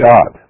God